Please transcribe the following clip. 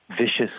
vicious